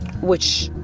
which